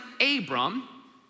Abram